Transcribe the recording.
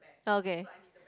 okay